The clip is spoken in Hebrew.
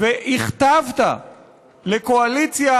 והכתבת לקואליציה,